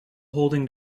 holding